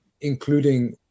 including